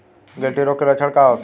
गिल्टी रोग के लक्षण का होखे?